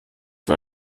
für